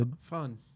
Fun